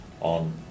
on